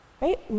Right